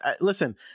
listen